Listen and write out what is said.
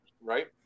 right